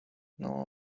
know